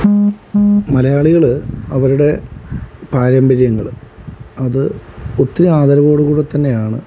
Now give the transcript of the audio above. മലയാളികള് അവരുടെ പാരമ്പര്യങ്ങള് അത് ഒത്തിരി ആഗ്രഹത്തോടു കൂടി തന്നെയാണ്